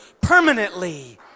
permanently